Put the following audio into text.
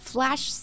Flash